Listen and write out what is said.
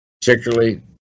particularly